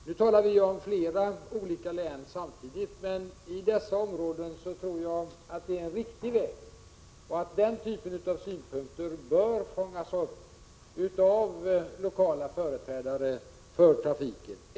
Nu talar vi ju om flera olika län samtidigt, men i dessa områden tror jag att det är en riktig väg och att den typen av synpunkter bör fångas upp av lokala företrädare för trafiken.